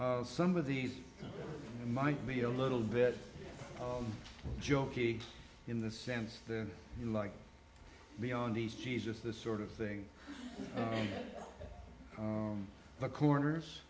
some of these might be a little bit jokey in the sense that you like beyond these jesus this sort of thing the corners